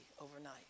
overnight